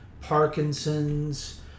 Parkinson's